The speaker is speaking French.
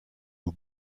aux